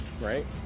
right